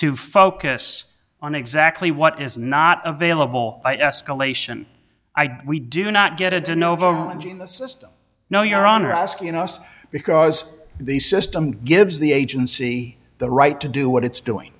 to focus on exactly what is not available by escalation i do we do not get it to nova in the system no your honor asking us because the system gives the agency the right to do what it's doing